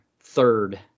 third